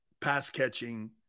pass-catching